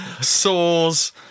sores